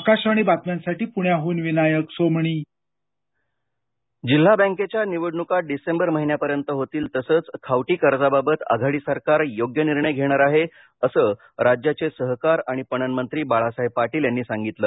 आकाशवाणी बातम्यांसाठी विनायक सोमणी पुणे जिल्हा बँका सिंधुदर्ग जिल्हा बॅंकेच्या निवडण्का डिसेंबर महिन्यापर्यंत होतील तसंच खावटी कर्जाबाबत आघाडी सरकार योग्य निर्णय घेणार आहे असं राज्याचे सहकार आणि पणन मंत्री बाळासाहेब पाटील यांनी सांगितलं